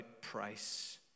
price